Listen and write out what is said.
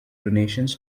donations